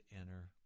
enter